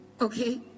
Okay